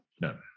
No